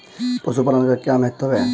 पशुपालन का क्या महत्व है?